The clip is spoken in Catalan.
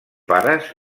pares